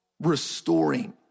restoring